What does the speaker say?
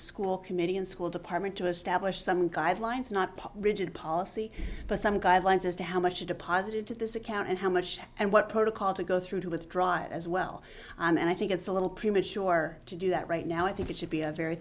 school committee and school department to establish some guidelines not rigid policy but some guidelines as to how much they deposited to this account and how much and what protocol to go through to withdraw it as well and i think it's a little premature to do that right now i think it should be a very